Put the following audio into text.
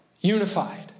unified